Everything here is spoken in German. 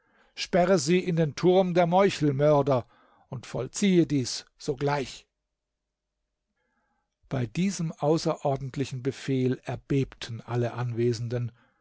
sperre sie in den turm der meuchelmörder und vollziehe dies sogleich bei diesem außerordentlichen befehl erbebten alle anwesenden